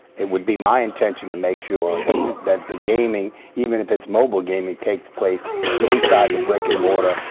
it would be my intention to make sure that the gaming, even if it's mobile gaming, takes place inside the brick and mortar.